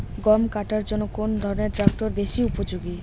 গম কাটার জন্য কোন ধরণের ট্রাক্টর বেশি উপযোগী?